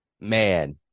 Man